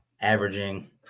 averaging